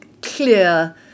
clear